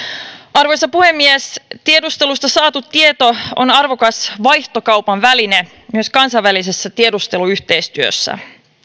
arvoisa puhemies tiedustelusta saatu tieto on arvokas vaihtokaupan väline myös kansainvälisessä tiedusteluyhteistyössä